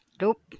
Nope